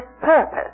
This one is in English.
purpose